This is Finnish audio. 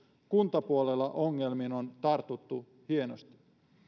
kuntapuolella ongelmiin on tartuttu hienosti